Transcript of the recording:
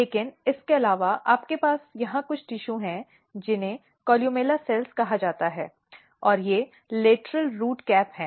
लेकिन इसके अलावा आपके पास यहां कुछ टिशू हैं जिन्हें कोलुमेला कोशिकाएं कहा जाता है और ये लेटरल रूट कैप हैं